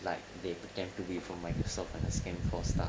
like they pretend to be from microsoft and the scan for stuff